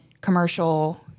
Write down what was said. commercial